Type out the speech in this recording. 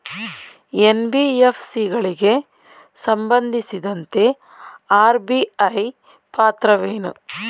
NBFC ಗಳಿಗೆ ಸಂಬಂಧಿಸಿದಂತೆ RBI ಪಾತ್ರವೇನು?